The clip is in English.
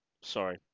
Sorry